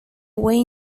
way